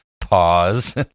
pause